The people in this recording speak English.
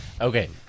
Okay